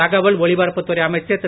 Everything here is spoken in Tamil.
தகவல் ஒலிபரப்புத் துறை அமைச்சர் திரு